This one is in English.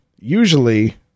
Usually